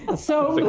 ah so